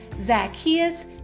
Zacchaeus